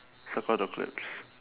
circle the clips